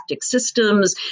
systems